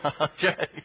Okay